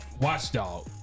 watchdog